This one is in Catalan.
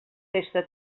festa